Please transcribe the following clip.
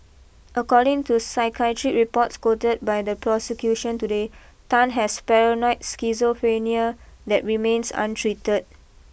according to psychiatric reports quoted by the prosecution today Tan has paranoid schizophrenia that remains untreated